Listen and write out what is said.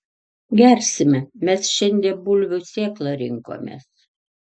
gersime mes šiandie bulvių sėklą rinkomės